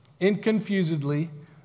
inconfusedly